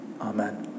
Amen